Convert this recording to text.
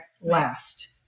last